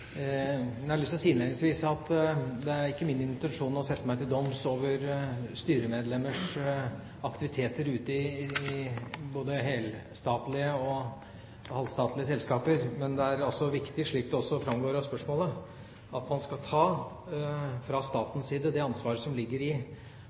har jeg lyst til å si at det ikke er min intensjon å sette meg til doms over styremedlemmers aktiviteter ute i helstatlige og halvstatlige selskaper, men det er altså viktig, slik det også framgår av spørsmålet, at man fra statens side skal ta